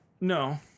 No